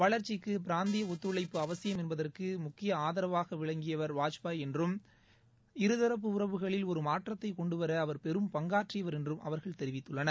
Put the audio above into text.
வளர்ச்சிக்கு பிராந்திய ஒத்துழைப்பு அவசியம் என்பதற்கு முக்கிய ஆதரவாக விளங்கியவர் வாஜ்பாய் என்றும் இருதரப்பு உறவுகளில் ஒரு மாற்றத்தை கொண்டுவர அவர் பெரும் பங்காற்றியவர் என்றும் அவர்கள் தெரிவித்துள்ளனர்